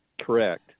Correct